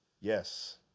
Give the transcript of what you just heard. Yes